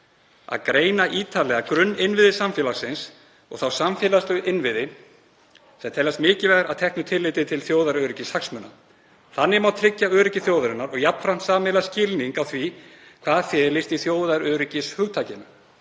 að greina ítarlega grunninnviði samfélagsins og þá samfélagslegu innviði sem teljast mikilvægir að teknu tilliti til þjóðaröryggishagsmuna. Þannig má tryggja öryggi þjóðarinnar og jafnframt sameiginlega skilning á því hvað felist í þjóðaröryggishugtakinu.